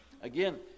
Again